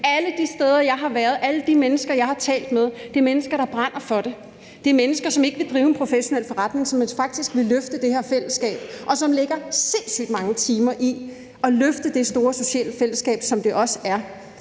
Alle de steder, jeg har været, alle de mennesker, jeg har talt med, er mennesker, der brænder for det. Det er mennesker, som ikke vil drive en professionel forretning, men hellere vil løfte det her fællesskab, og som lægger sindssygt mange timer i at løfte det store sociale fællesskab, som det også er.